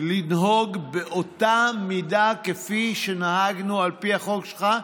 לנהוג באותה מידה כפי שנהגנו על פי החוק שלך,